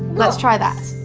let's try that.